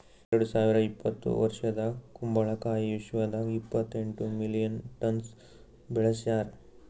ಎರಡು ಸಾವಿರ ಇಪ್ಪತ್ತು ವರ್ಷದಾಗ್ ಕುಂಬಳ ಕಾಯಿ ವಿಶ್ವದಾಗ್ ಇಪ್ಪತ್ತೆಂಟು ಮಿಲಿಯನ್ ಟನ್ಸ್ ಬೆಳಸ್ಯಾರ್